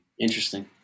interesting